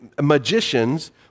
magicians